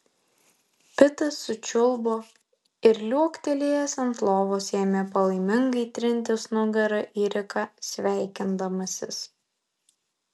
pitas sučiulbo ir liuoktelėjęs ant lovos ėmė palaimingai trintis nugara į riką sveikindamasis